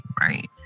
right